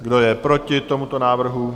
Kdo je proti tomuto návrhu?